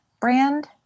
brand